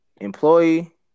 employee